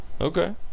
Okay